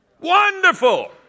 Wonderful